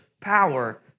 power